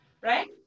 right